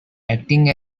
acting